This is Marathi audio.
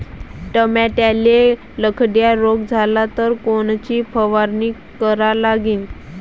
टमाट्याले लखड्या रोग झाला तर कोनची फवारणी करा लागीन?